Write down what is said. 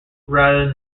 rather